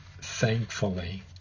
thankfully